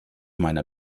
meiner